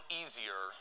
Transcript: easier